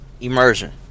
Immersion